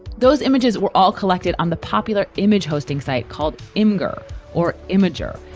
those images were all collected on the popular image hosting site called imgur or imager,